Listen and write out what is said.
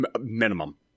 minimum